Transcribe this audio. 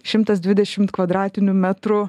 šimtas dvidešimt kvadratinių metrų